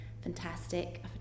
fantastic